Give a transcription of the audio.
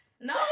No